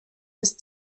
ist